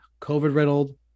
COVID-riddled